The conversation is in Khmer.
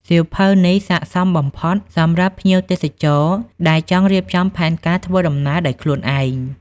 សៀវភៅនេះស័ក្តិសមបំផុតសម្រាប់ភ្ញៀវទេសចរដែលចង់រៀបចំផែនការធ្វើដំណើរដោយខ្លួនឯង។